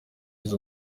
izo